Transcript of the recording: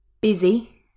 Busy